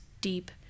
deep